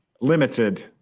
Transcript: limited